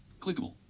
Clickable